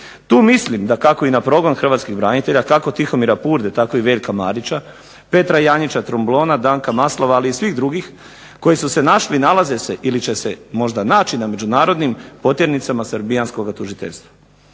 Tu mislim dakako i na progon Hrvatskih branitelja kako Tihomira Purde tako i Veljka Mladića, Petra Janjića-Tromblona, Danka Maslov ali i svih drugih koji su našli, nalaze se ili će se možda naći na međunarodnim potjernicama srbijanskog tužiteljstva.